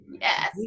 Yes